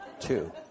Two